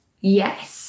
yes